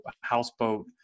houseboat